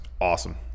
awesome